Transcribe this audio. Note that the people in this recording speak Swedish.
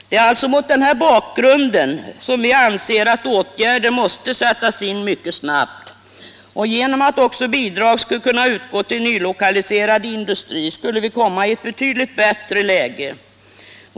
Det är mot denna bakgrund som vi anser att åtgärder måste sättas in mycket snabbt. Om bidrag också kunde utgå till nylokaliserad industri, skulle vi komma i ett betydligt bättre läge.